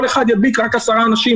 כל אחד ידביק רק 10 אנשים.